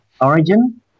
origin